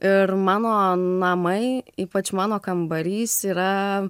ir mano namai ypač mano kambarys yra